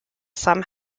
some